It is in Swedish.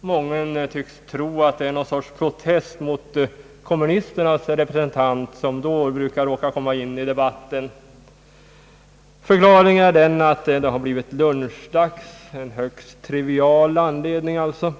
Många tycks tro att det är något slags protest mot kommunisternas representant, som då råkar komma in i debatten. Förklaringen är den att det har blivit lunchrast, en högst trivial anledning alltså.